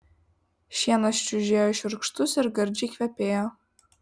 šienas čiužėjo šiurkštus ir gardžiai kvepėjo